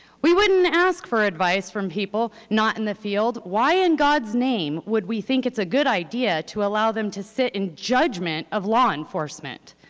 we wouldn't ask for advice from people not in the field. why in god's name would we think it's a good idea to allow them to sit in judgment of law enforcement?